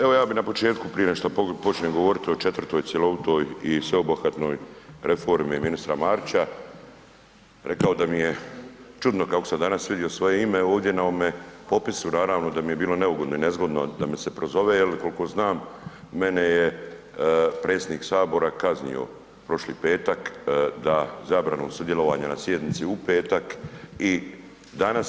Evo ja bih na početku prije nego počnem govoriti o četvrtoj cjelovitoj i sveobuhvatnoj reformi ministra Marića rekao da mi je čudno kako sam danas vidio svoje ime ovdje na ovome popisu, naravno da mi je bilo neugodno i nezgodno da me se prozove jel koliko znam mene je predsjednik Sabora kaznio prošli petak da zabranu sudjelovanja na sjednici u petak i danas.